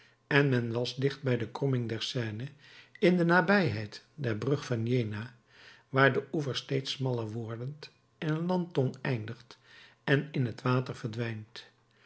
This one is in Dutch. en men was dicht bij de kromming der seine in de nabijheid der brug van jena waar de oever steeds smaller wordend in een landtong eindigt en in het water verdwijnt